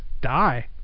die